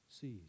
sees